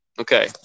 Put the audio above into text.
Okay